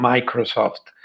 Microsoft